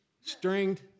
stringed